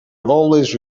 always